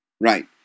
Right